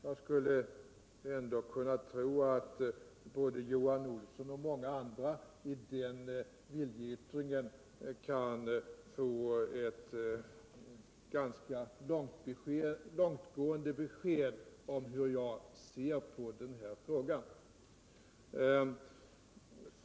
Jag skulle ändå tro att såväl Johan Olsson som många andra i denna viljeytring kan utläsa ett ganska långtgående besked om hur jag ser på den här frågan.